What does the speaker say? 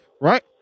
right